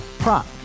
Prop